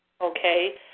okay